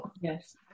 Yes